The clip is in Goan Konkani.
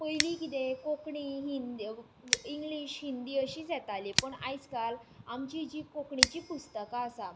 पयलीं किदें कोंकणी हिंद इंग्लीश हिंदी अशींच येतालीं पूण आयजकाल आमचीं जीं कोंकणीची पुस्तकां आसा